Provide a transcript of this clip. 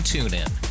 TuneIn